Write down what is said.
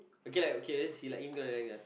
okay okay like he